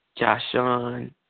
Joshon